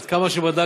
עד כמה שבדקתי,